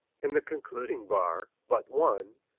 in the concluding bar, but one,